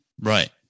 Right